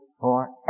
forever